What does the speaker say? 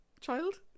child